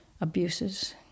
abuses